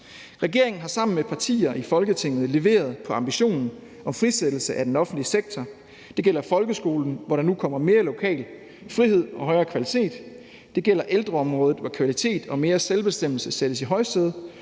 Regeringen har sammen med partier i Folketinget leveret på ambitionen om frisættelse af den offentlige sektor. Det gælder folkeskolen, hvor der nu kommer mere lokal frihed og højere kvalitet. Det gælder ældreområdet, hvor kvalitet og mere selvbestemmelse sættes i højsædet.